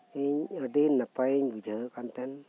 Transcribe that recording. ᱤᱧ ᱟᱹᱰᱤ ᱱᱟᱯᱟᱭᱤᱧ ᱵᱩᱡᱷᱟᱹᱭᱮᱫ ᱠᱟᱱᱛᱟᱦᱮᱱ